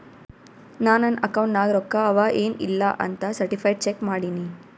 ನಾ ನನ್ ಅಕೌಂಟ್ ನಾಗ್ ರೊಕ್ಕಾ ಅವಾ ಎನ್ ಇಲ್ಲ ಅಂತ ಸರ್ಟಿಫೈಡ್ ಚೆಕ್ ಮಾಡಿನಿ